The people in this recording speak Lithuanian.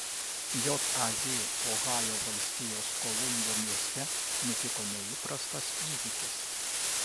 jav ohajo valstijos kolumbo mieste nutiko neįprastas įvykis